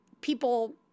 people